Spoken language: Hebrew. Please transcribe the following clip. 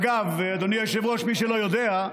אגב, אדוני היושב-ראש, מי שלא יודע,